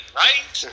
right